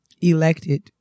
elected